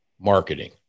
marketing